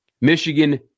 Michigan